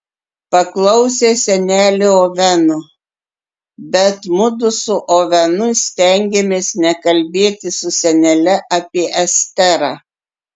paklausė senelė oveno bet mudu su ovenu stengėmės nekalbėti su senele apie esterą